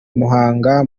muhanga